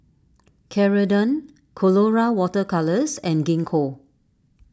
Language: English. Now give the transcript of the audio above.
Ceradan Colora Water Colours and Gingko